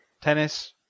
Tennis